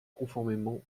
conformément